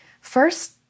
first